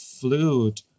flute